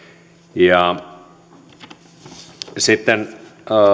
sitten